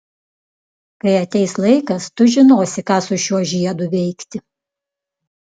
kai ateis laikas tu žinosi ką su šiuo žiedu veikti